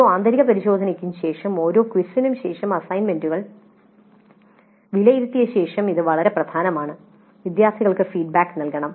ഓരോ ആന്തരിക പരിശോധനയ്ക്കും ശേഷം ഓരോ ക്വിസിനും ശേഷം അസൈൻമെന്റുകൾ വിലയിരുത്തിയ ശേഷം ഇത് വളരെ പ്രധാനമാണ് വിദ്യാർത്ഥികൾക്ക് ഫീഡ്ബാക്ക് നൽകണം